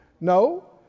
No